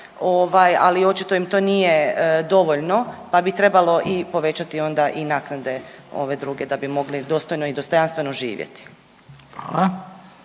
ali očito im to nije dovoljno pa bi trebalo povećati onda i naknade ove druge da bi moglo dostojno i dostojanstveno živjeti.